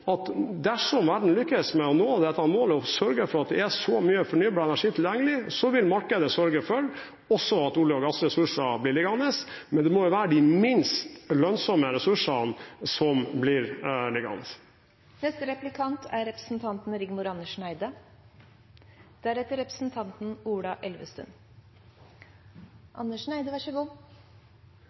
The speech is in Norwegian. at dersom verden lykkes med å nå dette målet og sørge for at det er så mye fornybar energi tilgjengelig, vil markedet også sørge for at olje- og gassressurser blir liggende. Men det må jo være de minst lønnsomme ressursene som blir